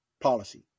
policy